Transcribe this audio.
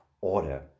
order